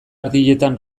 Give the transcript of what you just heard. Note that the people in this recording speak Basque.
erdietan